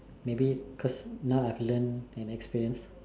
maybe cause now I've learnt and experienced